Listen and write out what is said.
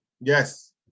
Yes